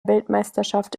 weltmeisterschaft